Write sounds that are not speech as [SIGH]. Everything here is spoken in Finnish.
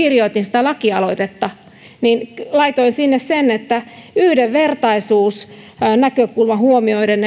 kirjoitin lakialoitetta laitoin sinne sen että yhdenvertaisuusnäkökulma huomioiden [UNINTELLIGIBLE]